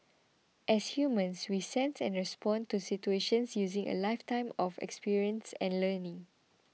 as humans we sense and respond to situations using a lifetime of experience and learning